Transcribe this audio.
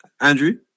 Andrew